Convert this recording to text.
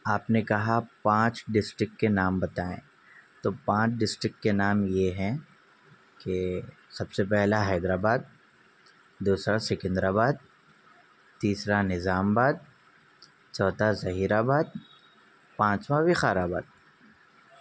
آپ نے کہا پانچ ڈسٹک کے نام بتائیں تو پانچ ڈسٹک کے نام یہ ہیں کہ سب سے پہلا حیدر آباد دوسرا سکندر آباد تیسرا نظام آباد چوتھا ظہیر آباد پانچواں بھی وقارآباد